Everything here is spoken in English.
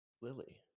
Lily